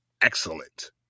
excellent